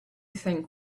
think